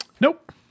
Nope